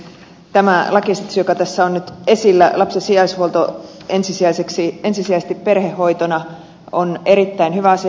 tämä lakiesitys joka tässä on nyt esillä lapsen sijaishuolto ensisijaisesti perhehoitona on erittäin hyvä asia